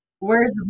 words